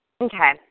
Okay